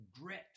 Grit